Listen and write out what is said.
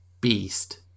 beast